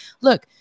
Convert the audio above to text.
look